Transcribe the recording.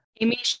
Amy